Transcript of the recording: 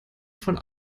von